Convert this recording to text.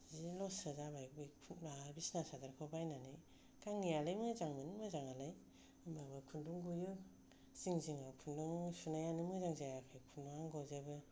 बिदिनो लससो जाबाय बै माबा बिसना सादोरखौ बायनानै गांनैयालाय मोजांमोन मोजाङालाय माबा खुन्दुं गयो जिं जिङाव खुन्दुं सुनायानो मोजां जायाखै खुन्दुङानो गजोबो